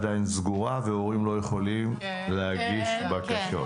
עדיין סגורה והורים לא יכולים להגיש בקשות?